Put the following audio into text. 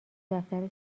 دفتر